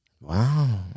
Wow